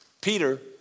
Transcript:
Peter